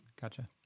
Gotcha